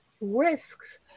risks